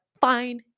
fine